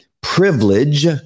privilege